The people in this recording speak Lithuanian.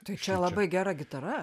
tai čia labai gerai gitara